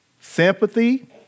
sympathy